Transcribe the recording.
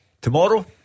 Tomorrow